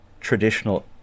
traditional